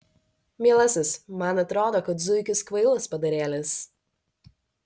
mielasis man atrodo kad zuikis kvailas padarėlis